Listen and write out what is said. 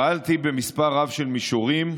פעלתי במספר רב של מישורים,